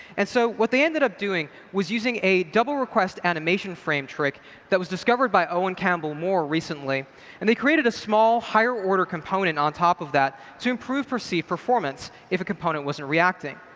and so what they ended up doing was using a double request animation frame trick that was discovered by owen campbell more recently and they created a small higher order component on top of that to improve perceived performance if a component wasn't reacting.